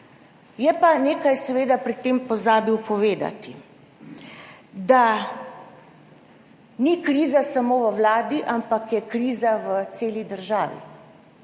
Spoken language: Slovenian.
Je pa nekaj seveda pri tem pozabil povedati: da ni kriza samo v Vladi, ampak je kriza v celi državi.